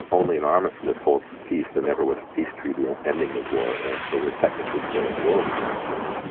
only an armistice holds the peace. there never was a peace treaty ah ending the war, and so we're technically still at war with north korea.